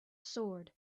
sword